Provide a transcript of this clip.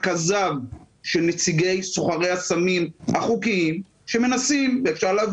עם הנושא של הצהרת היבואן אפשר לחיות,